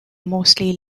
mostly